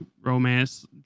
romance